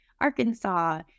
Arkansas